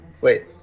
Wait